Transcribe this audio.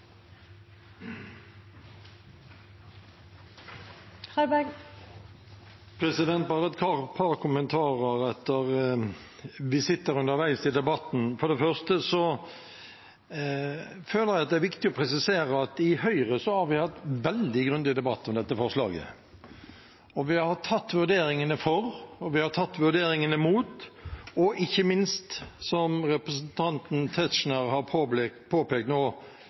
par kommentarer etter visitter underveis i debatten: For det første er det viktig å presisere at vi i Høyre har hatt en veldig grundig debatt om dette forslaget. Vi har tatt vurderingene for og vurderingene imot, og ikke minst – som representanten Tetzschner har